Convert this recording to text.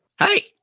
Hey